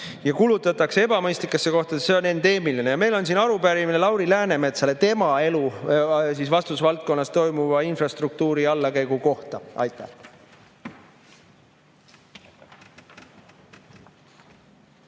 ja kulutatakse ebamõistlikes kohtades, on endeemiline. Ja meil on arupärimine Lauri Läänemetsale tema vastutusvaldkonnas toimuva infrastruktuuri allakäigu kohta. Aitäh!